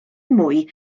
mwy